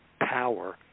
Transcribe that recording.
power